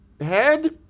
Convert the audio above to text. head